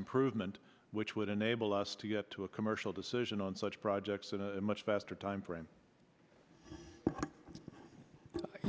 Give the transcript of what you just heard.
improvement which would enable us to get to a commercial decision on such projects in a much faster timeframe